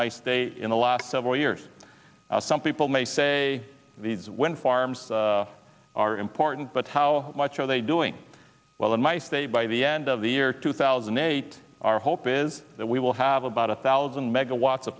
my state in the last several years some people may say these when farms are important but how much are they doing well in my state by the end of the year two thousand and eight hope is that we will have about a thousand megawat